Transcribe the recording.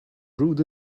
brewed